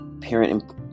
parent